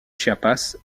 chiapas